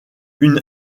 une